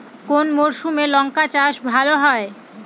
কোন মরশুমে লঙ্কা চাষ ভালো হয়?